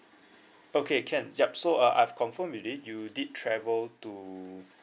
okay can yup so uh I've confirmed with it you did travel to